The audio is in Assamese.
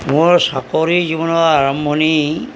মোৰ চাকৰি জীৱনৰ আৰম্ভণি